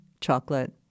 chocolate